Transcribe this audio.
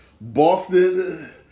Boston